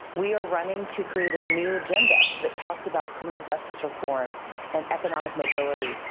we are running to create a new agenda that talks about criminal justice reform and economic mobility,